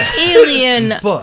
alien